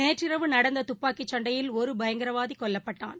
நேற்றிரவு நடந்ததுப்பாக்கிசண்டையில் ஒருபயங்கரவாதிகொல்லப்பட்டான்